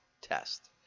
test